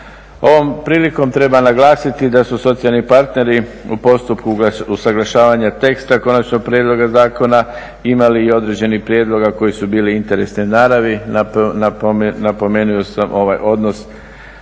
Ovom prilikom treba naglasiti da su socijalni partneri u postupku usuglašavanja teksta konačnog prijedloga zakona imali i određenih prijedloga koji su bili interesne naravi. Napomenuo sam ovaj odnos